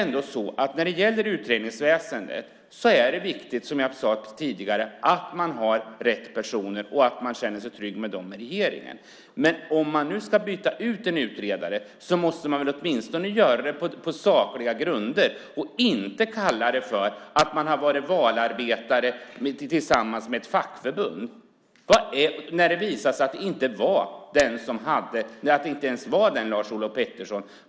När det gäller utredningsväsendet är det viktigt, som jag sade tidigare, att man har rätt personer och att man känner sig trygg med dem i regeringen. Men om man ska byta ut en utredare måste man väl åtminstone göra det på sakliga grunder och inte för att någon har varit valarbetare tillsammans med ett fackförbund, när det visar sig att det inte var den Lars-Olof Pettersson som Maud Olofsson trodde.